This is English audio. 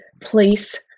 place